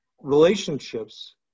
relationships